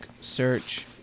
search